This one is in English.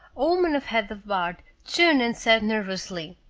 a woman ahead of bart turned and said nervously,